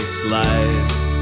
slice